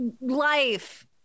life